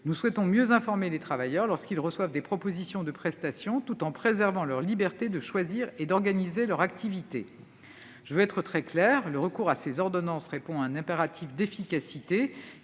Nous souhaitons mieux informer les travailleurs lorsqu'ils reçoivent des propositions de prestation tout en préservant leur liberté de choisir et d'organiser leur activité. Je veux être très claire : le recours à ces ordonnances répond à un impératif d'efficacité,